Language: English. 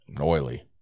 Oily